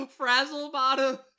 Frazzlebottom